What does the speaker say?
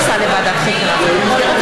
כן,